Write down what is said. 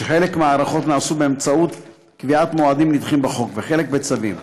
חלק מההארכות נעשו באמצעות קביעת מועדים נדחים בחוק וחלק בצווים.